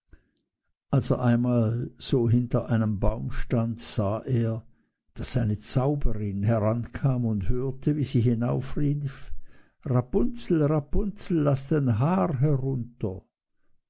er einmal so hinter einem baum stand sah er daß eine zauberin herankam und hörte wie sie hinaufrief rapunzel rapunzel laß dein haar herunter